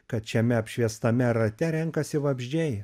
kad šiame apšviestame rate renkasi vabzdžiai